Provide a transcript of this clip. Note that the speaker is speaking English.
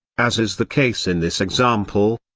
as is the case in this example,